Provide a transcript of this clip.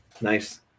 nice